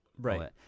Right